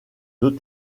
deux